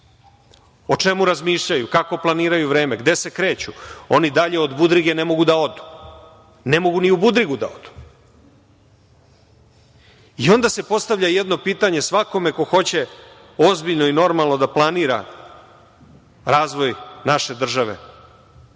o čemu razmišljaju, kako planiraju vreme, gde se kreću. Oni i dalje od Budrige ne mogu da odu. Ne mogu ni u Budrigu da odu.I onda se postavlja jedno pitanje svakome ko hoće ozbiljno i normalno da planira razvoj naše države